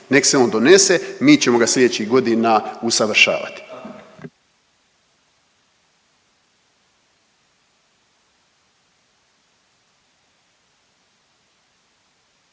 Nek se on donese, mi ćemo ga slijedećih godina usavršavati.